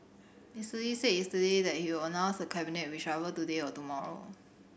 Mister Lee said yesterday that he will announce the cabinet reshuffle today or tomorrow